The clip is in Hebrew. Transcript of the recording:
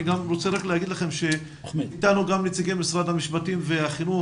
אני גם רוצה רק להגיד לכם שאיתנו גם נציגי משרד המשפטים והחינוך.